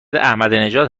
احمدینژاد